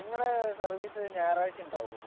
നിങ്ങളുടെ സർവീസ് ഞായറാഴ്ച ഉണ്ടാകുമൊ